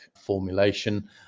formulation